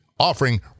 offering